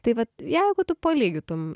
tai vat jeigu tu palygintum